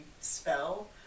spell